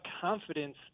confidence